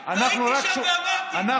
הייתי שם ואמרתי: תביאו 100% זה יעבור.